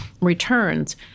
returns